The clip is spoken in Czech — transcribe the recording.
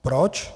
Proč?